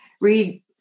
read